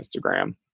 Instagram